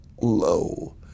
low